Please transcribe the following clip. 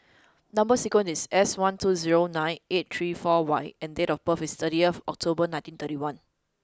number sequence is S one two zero nine eight three four Y and date of birth is thirty October nineteen thirty one